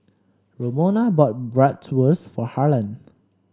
Romona bought Bratwurst for Harlan